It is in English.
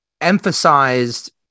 emphasized